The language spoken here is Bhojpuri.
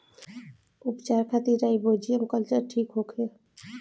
उपचार खातिर राइजोबियम कल्चर ठीक होखे?